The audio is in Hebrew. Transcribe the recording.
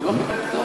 הוא לא קיבל פטור.